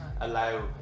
allow